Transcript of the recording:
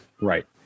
Right